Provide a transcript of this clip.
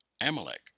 Amalek